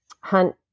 hunt